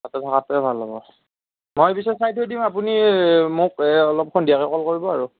তাতে থকাটোৱেই ভাল হ'ব মই পিছে চাই থৈ দিম আপুনি মোক এই অলপ সন্ধিয়াকে কল কৰিব আৰু